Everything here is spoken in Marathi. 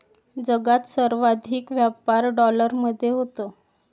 जगात सर्वाधिक व्यापार डॉलरमध्ये होतो